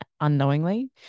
unknowingly